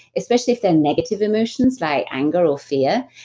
especially if they're negative emotions like anger or fear,